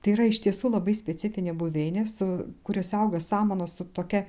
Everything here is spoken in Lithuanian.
tai yra iš tiesų labai specifinė buveinė su kuriose auga samanos su tokia